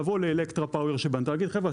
צריך לבוא ל"אלקטרה פאוור" שבנתה ולהגיד: חבר'ה,